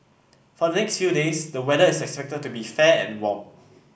for the next few days the weather is expected to be fair and warm